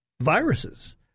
viruses